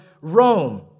Rome